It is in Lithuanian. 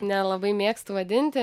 nelabai mėgstu vadinti